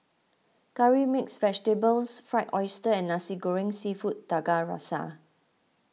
Curry Mixed Vegetables Fried Oyster and Nasi Goreng Seafood Tiga Rasa